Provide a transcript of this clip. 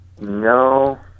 No